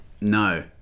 No